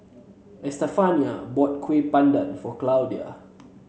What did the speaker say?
Estefania bought Kuih Bakar Pandan for Claudia